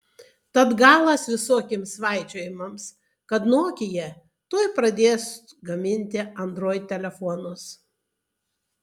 tad galas visokiems svaičiojimams kad nokia tuoj tuoj pradės gaminti android telefonus